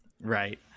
Right